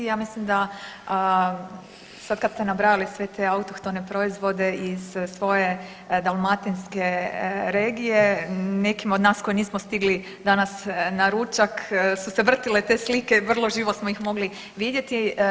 Ja mislim da sad kad ste nabrajali sve te autohtone proizvode iz svoje dalmatinske regije nekim od nas koji nismo stigli danas na ručak su se vrtile te slike i vrlo živo smo ih mogli vidjeti.